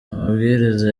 amabwiriza